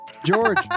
George